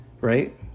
right